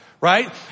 Right